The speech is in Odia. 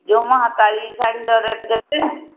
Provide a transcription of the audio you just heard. ଯେଉଁ ହତାଳି ଶାଢ଼ୀର ରେଟ୍ କେତେ